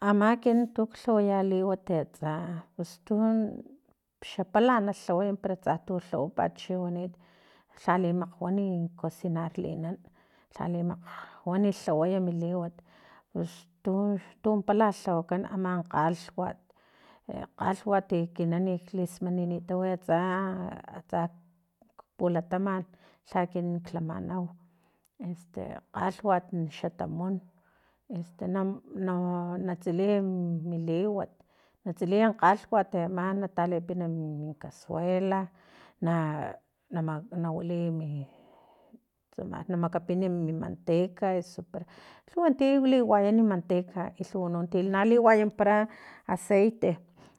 Ama ekin tuk lhawaya liwat atsa a pus tu xapala nalhaway para tsa tu lhawapat chiwanit lhali makgwani na cosinarlinan lhali makgwan lhawaya mi liwat pustu tun pala lhawakan ama kgalhwat e kgalhwat ekinan lismaninitaw atsa atsa pulatamat lha ekin lamanau este kgalhwat xatamun este na tsiliy mi liwat natsiliy kgalhwat ama natalipina min kasuela na nawiliya min tsama namakapin mi manteca eso pero lhuwa ti liwayan manteca i lhuwa no ti liwayanpara aceite